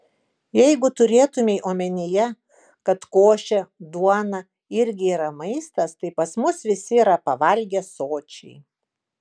jeigu turėtumei omenyje kad košė duona irgi yra maistas tai pas mus visi yra pavalgę sočiai